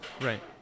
Right